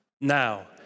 Now